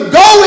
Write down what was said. go